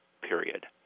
period